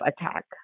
attack